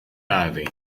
ivy